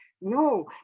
No